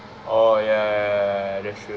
oh ya ya ya ya ya that's true